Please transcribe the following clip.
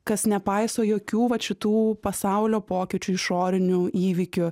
kas nepaiso jokių vat šitų pasaulio pokyčių išorinių įvykių